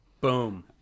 Boom